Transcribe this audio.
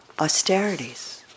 austerities